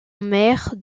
mère